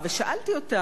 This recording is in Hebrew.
מה שכולם,